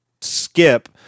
skip